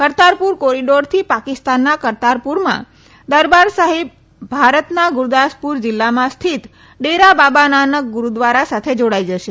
કરતારપુર કોરીડોરથી પાકિસ્તાનના કરતારપુરમાં દરબાર સાહિબ ભારતના ગુરદાસપુર જીલ્લામાં સ્થિત ડેરા બાબ નાનક ગુરૂદ્વારા સાથે જોડાઇ જશે